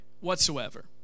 whatsoever